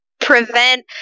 prevent